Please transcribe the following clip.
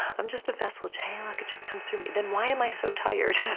i'm just a vessel channel like it just comes through me. then why am i so tired?